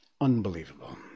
Unbelievable